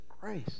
grace